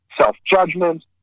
self-judgment